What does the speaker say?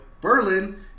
Berlin